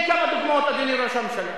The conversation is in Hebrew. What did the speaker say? אז אני אתן כמה דוגמאות, אדוני ראש הממשלה: